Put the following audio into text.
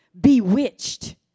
Bewitched